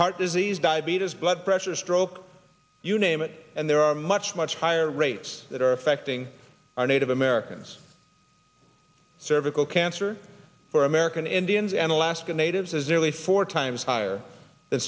heart disease diabetes blood pressure stroke you name it and there are much much higher rates that are affecting our native americans cervical cancer for american indians and alaska natives as nearly four times higher th